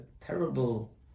terrible